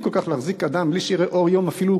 להחזיק אדם בלי שיראה אור יום אפילו